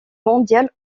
mondial